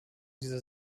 dieser